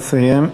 נא לסיים.